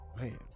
Man